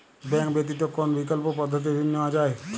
Bank ব্যতিত কোন বিকল্প পদ্ধতিতে ঋণ নেওয়া যায়?